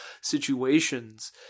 situations